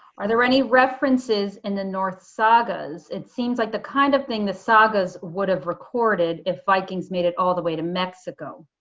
are there any references in the norse sagas? it seems like the kind of thing the sagas would have recorded if vikings made it all the way to mexico.